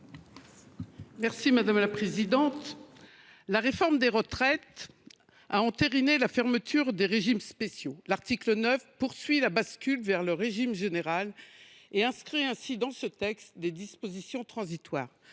n° 807 rectifié. La réforme des retraites a entériné la fermeture des régimes spéciaux. L’article 9 poursuit la bascule vers le régime général, inscrivant dans ce texte des dispositions transitoires.